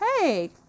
hey